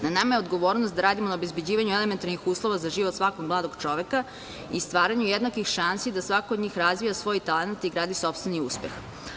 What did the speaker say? Na nama je odgovornost da radimo na obezbeđivanju elementarnih ulova za život svakog mladog čoveka i stvaranju jednakih šansi da svako od njih razvija svoj talenat i gradi sopstveni uspeh.